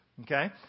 Okay